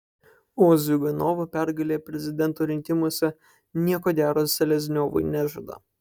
o ziuganovo pergalė prezidento rinkimuose nieko gero selezniovui nežada